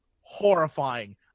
horrifying